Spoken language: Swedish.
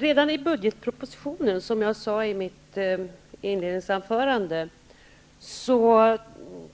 Herr talman! Som jag sade i mitt inledningsanförande,